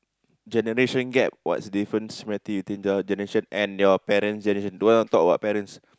generation gap what's difference between you think your generation and your parents' generation don't want to talk about parents